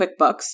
QuickBooks